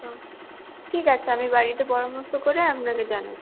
তো ঠিক আছে আমি বাড়িতে পরামর্শ করে আপনাকে জানাচ্ছি